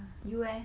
you eh